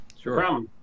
Sure